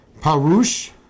Parush